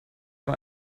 war